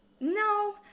no